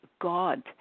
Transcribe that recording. god